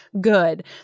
good